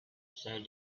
said